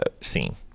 scene